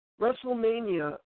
WrestleMania